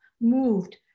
moved